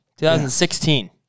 2016